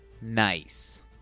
nice